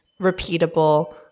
repeatable